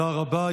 תודה רבה.